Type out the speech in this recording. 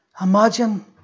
Imagine